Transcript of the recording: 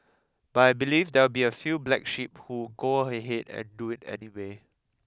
but I believe there will be a few black sheep who go ahead and do it anyway